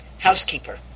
housekeeper